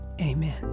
Amen